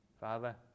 Father